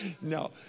No